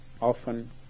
Often